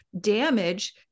damage